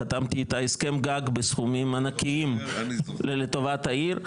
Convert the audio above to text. חתמתי איתה הסכם גג בסכומים ענקיים לטובת העיר.